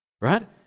right